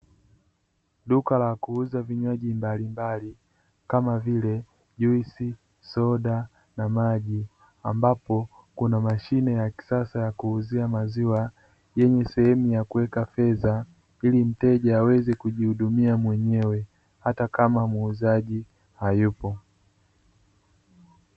Duka la kuuza vinywaji mbalimbali kama vile: juisi, soda na maji ambapo kuna mashine ya kisasa ya kuuzia maziwa yenye sehemu ya kuweka fedha, ili mteja aweze kujihudumia mwenyewe hata kama muuzaji hayupo.